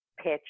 pitch